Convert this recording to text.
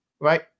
Right